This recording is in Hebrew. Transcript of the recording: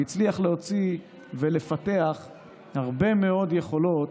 והצליח להוציא ולפתח הרבה מאוד יכולות